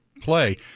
play